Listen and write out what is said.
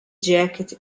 jacket